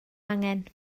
angen